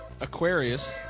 Aquarius